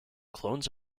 clones